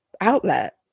outlet